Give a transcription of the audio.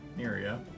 area